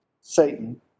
Satan